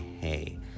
hey